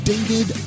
David